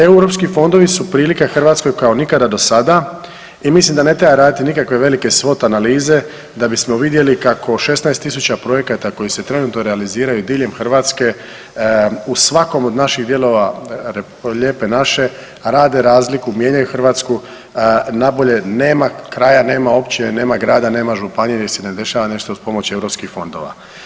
Europski fondovi su prilika Hrvatskoj kao nikada do sada i mislim da ne treba raditi nikakve velike swot analize da bismo vidjeli kako 16.000 projekta koji se trenutno realiziraju diljem Hrvatske u svakom od naših dijelova lijepe naše rade razliku, mijenjaju Hrvatsku nabolje, nema kraja, nema općine, nema grada, nema županije gdje se ne dešava nešto uz pomoć europskih fondova.